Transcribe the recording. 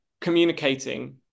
communicating